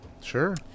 Sure